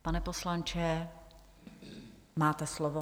Pane poslanče, máte slovo.